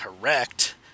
correct